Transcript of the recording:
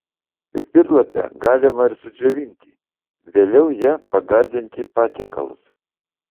pipirlapę galima ir sudžiovinti vėliau ja pagardinti patiekalus